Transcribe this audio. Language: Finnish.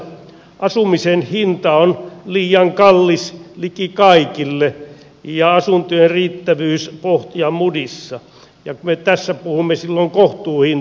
asumisen hinta on liian kallis liki kaikille ja asuntojen riittävyys pohjamudissa ja me tässä puhumme kohtuuhintaisuudesta